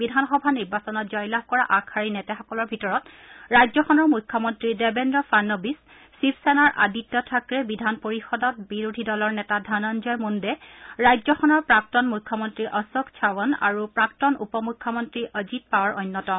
বিধানসভা নিৰ্বাচনত জয়লাভ কৰা আগশাৰীৰ নেতাসকলৰ ভিতৰত ৰাজ্যখনৰ মুখ্য মন্ত্ৰী দেৱেন্দ্ৰ ফাড়নবিছ শিৱসেনাৰ আদিত্য থাকৰে বিধান পৰিষদত বিৰোধী দলৰ নেতা ধনঞ্জয় মুণ্ডে ৰাজ্যখনৰ প্ৰাক্তন মুখ্য মন্ত্ৰী অশোক চৱন আৰু প্ৰাক্তন উপ মুখ্য মন্ত্ৰী অজিত পাৱাৰ অন্যতম